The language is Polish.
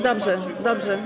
Dobrze, dobrze.